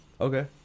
Okay